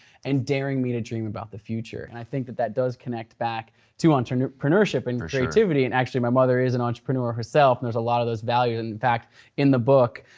and daring me to dream about the future. and i think that that does connect back to entrepreneurship and creativity and actually my mother is an entrepreneur herself and there's a lot of those values. in fact in the book,